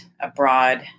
abroad